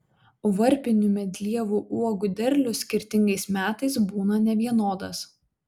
varpinių medlievų uogų derlius skirtingais metais būna nevienodas